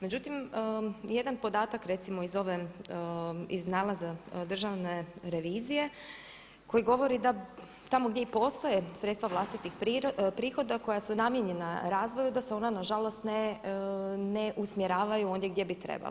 Međutim, jedan podatak recimo iz ove, iz nalaza Državne revizije koji govori da tamo gdje i postoje sredstva vlastitih prihoda koja su namijenjena razvoju da se ona na žalost ne usmjeravaju ondje gdje bi trebalo.